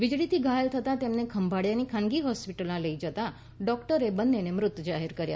વીજળીથી ઘાયલ થતાં તેમને ખંભાળીયાની ખાનગી હોસ્પિટલમાં લઈ જતા ડોક્ટરે બંનેને મૃત જાહેર કર્યા